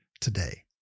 today